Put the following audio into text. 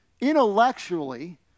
Intellectually